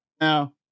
now